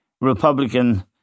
Republican